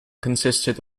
consisted